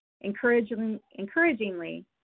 Encouragingly